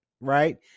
right